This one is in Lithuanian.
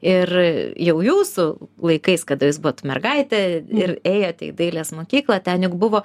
ir jau jūsų laikais kada jūs buvot mergaitė ir ėjote į dailės mokyklą ten juk buvo